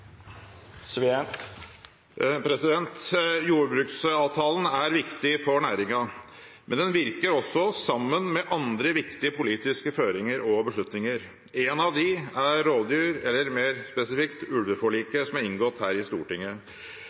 replikkordskifte. Jordbruksavtalen er viktig for næringen. Men den virker også sammen med andre viktige politiske føringer og beslutninger. En av dem er ulveforliket, som er inngått her i Stortinget.